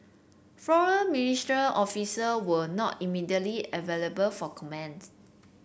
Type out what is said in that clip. foreign ministry official were not immediately available for comments